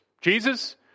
Jesus